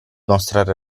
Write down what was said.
mostrare